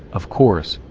of course,